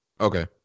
Okay